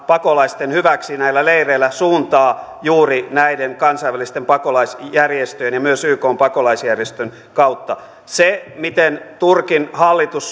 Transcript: pakolaisten hyväksi näillä leireillä juuri näiden kansainvälisten pakolaisjärjestöjen ja myös ykn pakolaisjärjestön kautta se miten turkin hallitus